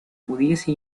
pudiese